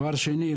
דבר שני,